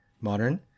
modern